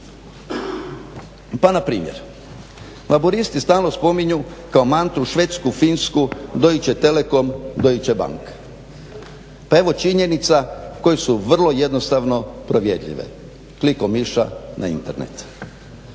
Pa npr. laburisti stalno spominju kao mantru Švedsku, Finsku, Deutsche Telekom, Deutsche Bank. Pa evo činjenica koje su vrlo jednostavno provjerljive klikom miša na Internet.